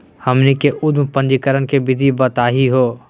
हमनी के उद्यम पंजीकरण के विधि बताही हो?